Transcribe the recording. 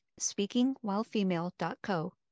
speakingwhilefemale.co